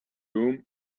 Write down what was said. room